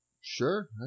Sure